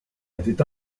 était